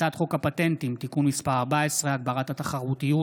הצעת חוק הפטנטים (תיקון מס' 14) (הגברת התחרותיות),